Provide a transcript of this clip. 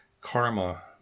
karma